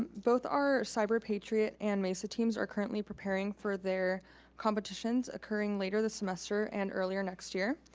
both, our cyber patriot and mesa teams, are currently preparing for their competitions occurring later this semester and earlier next year.